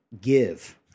give